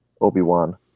Obi-Wan